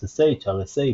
RSA,